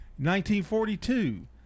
1942